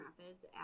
Rapids